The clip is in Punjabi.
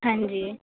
ਹਾਂਜੀ